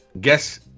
Guess